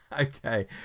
Okay